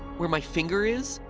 where my finger is?